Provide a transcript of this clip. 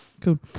cool